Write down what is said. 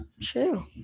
True